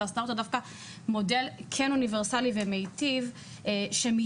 ועשתה אותו דווקא מודל אוניברסלי ומיטיב שמתייחס